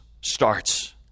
starts